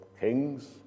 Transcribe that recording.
kings